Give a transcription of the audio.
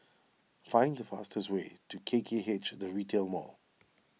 find the fastest way to K K H the Retail Mall